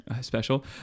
special